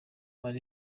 ari